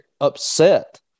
upset